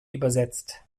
übersetzt